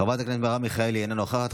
חברת הכנסת מרב מיכאלי, אינה נוכחת.